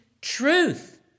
truth